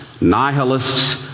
nihilists